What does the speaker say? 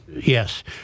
Yes